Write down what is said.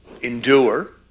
endure